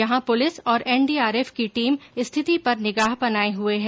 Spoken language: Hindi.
यहां पुलिस और एनडीआरएफ की टीम स्थिति पर निगाह बनाये हुए है